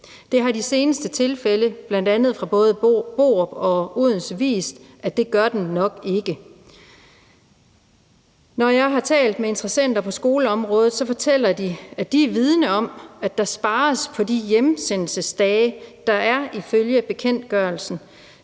Det har de seneste tilfælde, bl.a. fra både Borup og Odense, vist at den nok ikke gør. Når jeg har talt med interessenter på skoleområdet, fortæller de, at de er vidende om, at der spares på de hjemsendelsesdage, der er ifølge bekendtgørelsen,